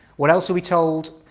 what else are we told?